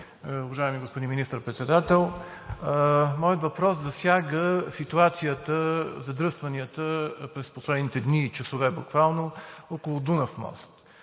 Уважаеми господин Министър-председател! Моят въпрос засяга ситуацията със задръстванията през последните дни и часове буквално около Дунав мост,